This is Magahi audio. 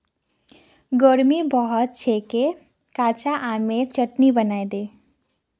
गर्मी बहुत छेक कच्चा आमेर चटनी बनइ दे